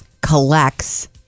collects